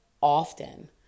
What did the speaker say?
often